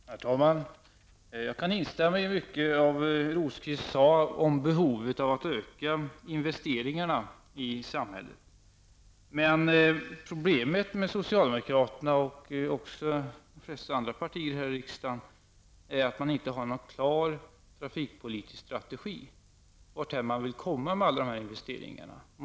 Herr talman! Jag kan instämma i mycket av det Birger Rosqvist sade om behovet av att öka investeringarna i samhället. Men problemet med socialdemokraterna och också de flesta andra partier här i riksdagen är att de inte har någon klar trafikpolitisk strategi för vart man vill komma med alla de här investeringarna.